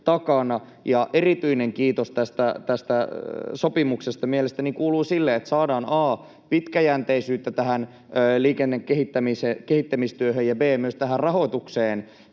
ja erityinen kiitos tästä sopimuksesta mielestäni kuuluu sille, että saadaan pitkäjänteisyyttä a) tähän liikennekehittämistyöhön ja b) myös tähän rahoitukseen,